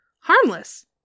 Harmless